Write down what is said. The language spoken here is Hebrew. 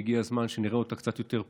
שהגיע הזמן שנראה אותה קצת יותר פנימה.